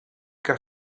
que